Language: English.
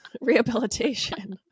rehabilitation